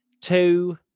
Two